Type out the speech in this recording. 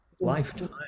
lifetime